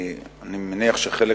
שגובשו מראש, כי אני מניח שחלק